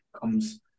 comes